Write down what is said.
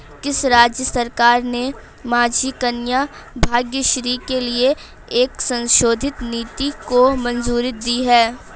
किस राज्य सरकार ने माझी कन्या भाग्यश्री के लिए एक संशोधित नीति को मंजूरी दी है?